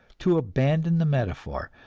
to abandon the metaphor,